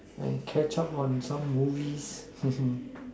and catch up on some movies